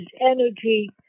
energy